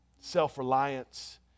self-reliance